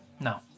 No